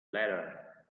latter